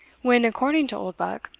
when, according to oldbuck,